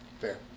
fair